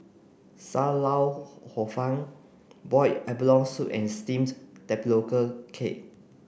Sam Lau Hor Fun boil abalone soup and steams tapioca cake